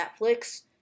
Netflix